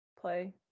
play